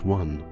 one